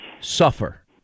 suffer